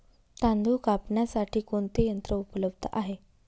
तांदूळ कापण्यासाठी कोणते यंत्र उपलब्ध आहे?